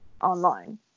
online